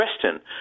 question